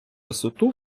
висоту